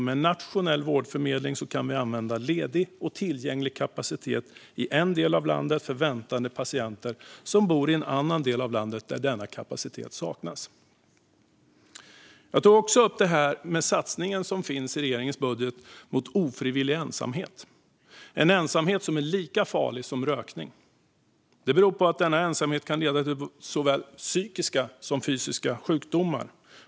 Med nationell vårdförmedling kan vi använda ledig och tillgänglig kapacitet i en del av landet för väntande patienter som bor i en annan del av landet där denna kapacitet saknas. Jag tog också upp detta med den satsning som finns i regeringens budget på insatser mot ofrivillig ensamhet, en ensamhet som är lika farlig som rökning. Denna ensamhet kan leda till såväl psykiska som fysiska sjukdomar.